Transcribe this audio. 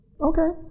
Okay